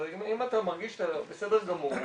אם אתה מרגיש שאתה בסדר גמור,